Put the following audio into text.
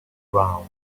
round